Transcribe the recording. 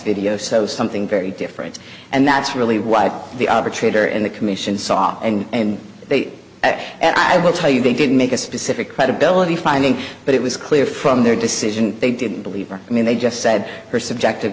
video so something very different and that's really what the arbitrator in the commission saw and i will tell you they didn't make a specific credibility finding but it was clear from their decision they didn't believe or i mean they just said her subjective